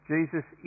Jesus